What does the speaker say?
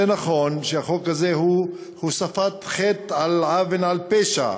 זה נכון שהחוק הזה הוא הוספת חטא על עוול ועל פשע.